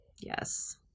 Yes